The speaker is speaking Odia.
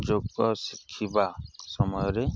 ଯୋଗ ଶିଖିବା ସମୟରେ